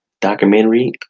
documentary